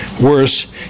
Worse